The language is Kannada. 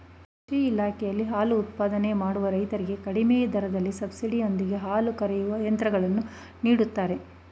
ಕೃಷಿ ಇಲಾಖೆಯಲ್ಲಿ ಹಾಲು ಉತ್ಪಾದನೆ ಮಾಡುವ ರೈತರಿಗೆ ಕಡಿಮೆ ದರದಲ್ಲಿ ಸಬ್ಸಿಡಿ ಯೊಂದಿಗೆ ಹಾಲು ಕರೆಯುವ ಯಂತ್ರಗಳನ್ನು ನೀಡುತ್ತಾರೆ